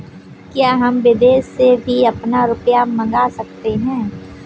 क्या हम विदेश से भी अपना रुपया मंगा सकते हैं?